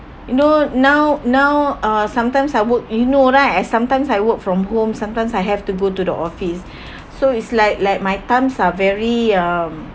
you know now now uh sometimes I work you know right I sometimes I work from home sometimes I have to go to the office so is like like my times are very um